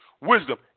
wisdom